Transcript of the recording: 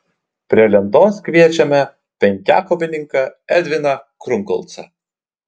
prie lentos kviečiame penkiakovininką edviną krungolcą